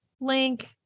link